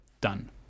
done